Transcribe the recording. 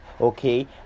okay